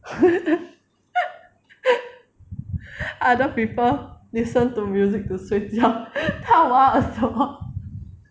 other people listen to music to 睡觉他挖耳朵 that